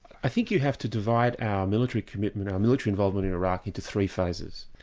i think you have to divide our military commitment, our military involvement in iraq into three phases.